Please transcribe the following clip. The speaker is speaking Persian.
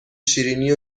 شیرینی